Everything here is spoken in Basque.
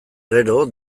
gero